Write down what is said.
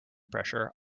pressure